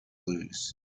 lose